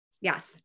Yes